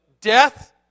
death